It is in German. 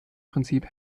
prinzip